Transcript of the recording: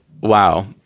Wow